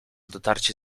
dotarcie